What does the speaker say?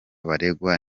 baregwa